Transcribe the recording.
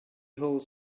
whole